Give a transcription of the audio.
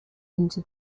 into